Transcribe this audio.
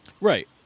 Right